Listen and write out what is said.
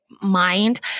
mind